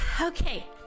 Okay